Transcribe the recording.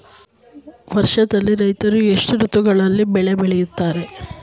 ವರ್ಷದಲ್ಲಿ ರೈತರು ಎಷ್ಟು ಋತುಗಳಲ್ಲಿ ಬೆಳೆ ಬೆಳೆಯುತ್ತಾರೆ?